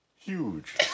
Huge